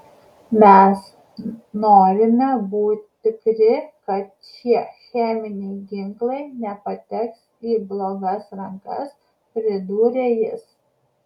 mes norime būti tikri kad šie cheminiai ginklai nepateks į blogas rankas pridūrė jis